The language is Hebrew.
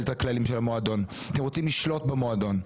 את הכללים של המועדון אלא את רוצים לשלוט במועדון.